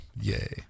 Yay